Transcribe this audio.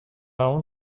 اون